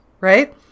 right